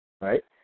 right